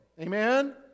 Amen